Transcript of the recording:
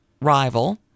rival